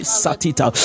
satita